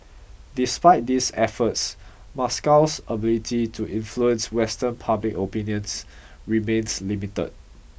despite these efforts Moscow's ability to influence Western public opinions remains limited